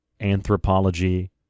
anthropology